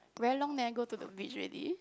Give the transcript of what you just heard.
very long never go to the beach already